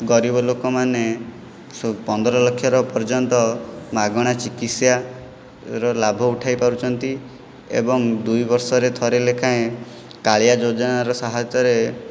ଗରିବ ଲୋକମାନେ ପନ୍ଦରଲକ୍ଷର ପର୍ଯ୍ୟନ୍ତ ମାଗଣା ଚିକିତ୍ସାର ଲାଭ ଉଠାଇପାରୁଛନ୍ତି ଏବଂ ଦୁଇବର୍ଷରେ ଥରେ ଲେଖାଏଁ କାଳିଆ ଯୋଜନାର ସାହାଯ୍ୟରେ